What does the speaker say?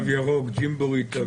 תו ירוק בג'ימבורי.